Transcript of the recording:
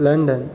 London